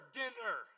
dinner